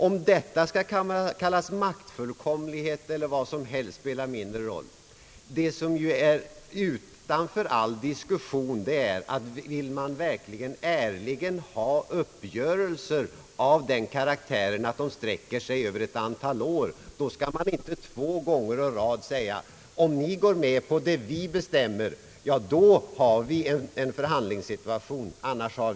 Om detta skall kallas maktfullkomlighet eller inte spelar mindre roll. Vad som är utanför all diskussion är, att om man ärligen vill ha uppgörelser som sträcker sig över ett antal år, skall man inte två gånger å rad säga: Om ni går med på det vi bestämmer, då har vi en förhandlingssituation, annars inte.